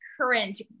current